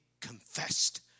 confessed